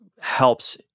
helps